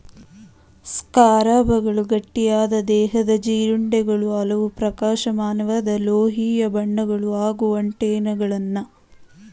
ಸ್ಕಾರಬ್ಗಳು ಗಟ್ಟಿಯಾದ ದೇಹದ ಜೀರುಂಡೆಗಳು ಹಲವು ಪ್ರಕಾಶಮಾನವಾದ ಲೋಹೀಯ ಬಣ್ಣಗಳು ಹಾಗೂ ಆಂಟೆನಾಗಳನ್ನ ಹೊಂದಿರ್ತವೆ